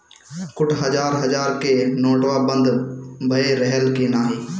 कुल हजार हजार के नोट्वा बंद भए रहल की नाही